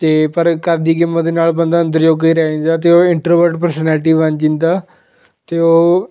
ਅਤੇ ਪਰ ਘਰ ਦੀ ਗੇਮਾਂ ਦੇ ਨਾਲ ਬੰਦਾ ਅੰਦਰ ਜੋਗਾ ਹੀ ਰਹਿ ਜਾਂਦਾ ਅਤੇ ਉਹ ਇੰਟਰਵਰਡ ਪਰਸਨੈਲਿਟੀ ਬਣ ਜਾਂਦਾ ਅਤੇ ਉਹ